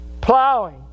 plowing